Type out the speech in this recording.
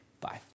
Bye